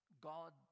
God